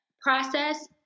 process